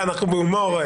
בהומור.